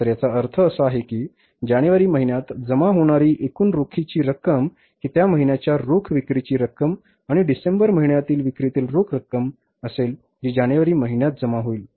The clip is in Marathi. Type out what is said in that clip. तर याचा अर्थ असा आहे की जानेवारी महिन्यात जमा होणारी एकूण रोखीची रक्कम ही त्या महिन्याच्या रोख विक्रीची रक्कम आणि डिसेंबर महिन्याच्या विक्रीतील रोख रक्कम असेल जी जानेवारी महिन्यात जमा होईल